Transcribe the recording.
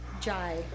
jai